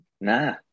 Nah